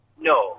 No